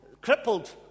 crippled